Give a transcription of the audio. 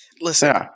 Listen